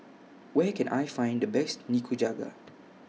Where Can I Find The Best Nikujaga